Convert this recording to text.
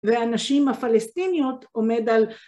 והנשים הפלסטיניות עומד על